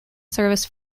service